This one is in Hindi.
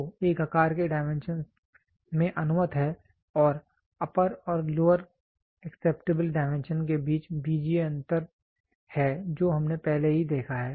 तो एक आकार के डायमेंशन में अनुमत है और अप्पर और लोअर एक्सेप्टेबल डायमेंशन के बीच बीजीय अंतर है जो हमने पहले ही देखा है